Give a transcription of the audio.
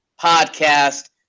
podcast